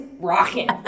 rocking